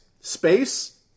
Space